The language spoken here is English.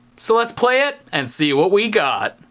so let's play it and see what we got.